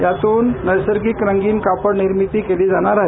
यातून नैसर्गिक रंगीन कापडाची निर्मिती केली जाणार आहे